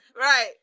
Right